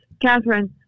Catherine